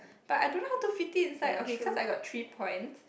but I don't know how to fitting inside okay cause I got three points